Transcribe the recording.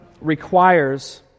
requires